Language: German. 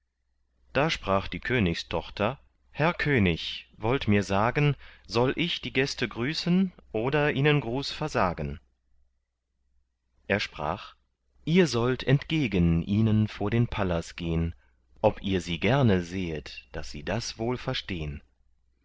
da sprach die königstochter herr könig wollt mir sagen soll ich die gäste grüßen oder ihnen gruß versagen er sprach ihr sollt entgegen ihnen vor den pallas gehn ob ihr sie gerne sehet daß sie das wohl verstehn